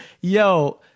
Yo